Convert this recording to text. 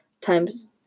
times